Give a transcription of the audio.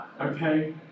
okay